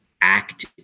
act